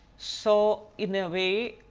so in a way,